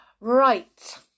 Right